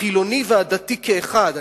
החילוני והדתי כאחד,